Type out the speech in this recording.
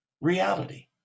reality